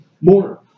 more